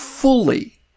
fully